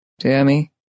Tammy